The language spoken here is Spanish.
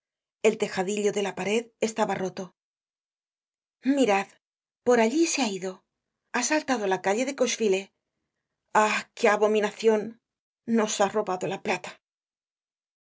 el tejadillo de la pared estaba roto mirad por allí se ha ido ha saltado á la calle cochefilet ah qué abominacion nos ha robado la plata